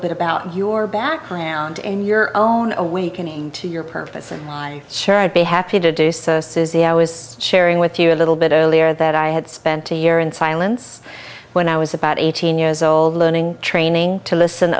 bit about your background in your own awakening to your purpose and why sure i'd be happy to do so says he i was sharing with you a little bit earlier that i had spent a year in silence when i was about eighteen years old learning training to listen